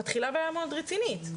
מתחילה בעיה מאוד רצינית,